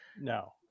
no